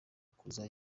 kuza